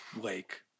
lake